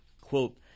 Quote